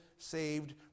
Saved